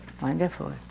wonderful